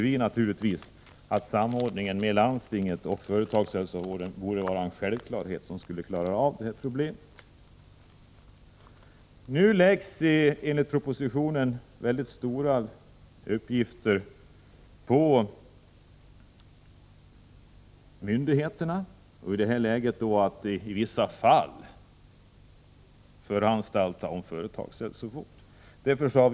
Vi tycker att samordning mellan landstingen och företagshälsovården borde vara en självklarhet. Enligt propositionen läggs väldigt stora uppgifter på myndigheterna att i vissa fall föranstalta om företagshälsovård.